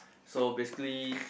so basically